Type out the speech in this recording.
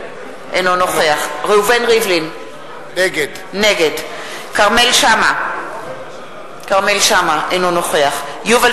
אינו נוכח ראובן ריבלין, נגד כרמל שאמה, נגד יובל